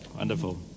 Wonderful